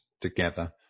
together